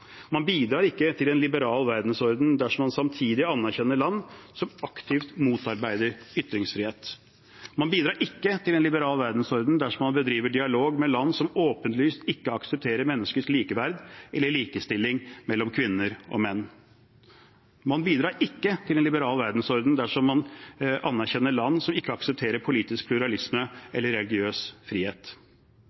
Man bidrar ikke til en liberal verdensorden dersom man samtidig anerkjenner land som aktivt motarbeider ytringsfrihet. Man bidrar ikke til en liberal verdensorden dersom man bedriver dialog med land som åpenlyst ikke aksepterer menneskers likeverd eller likestilling mellom kvinner og menn. Man bidrar ikke til en liberal verdensorden dersom man anerkjenner land som ikke aksepterer politisk pluralisme eller religiøs frihet.